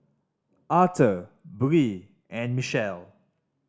Arthor Bree and Michele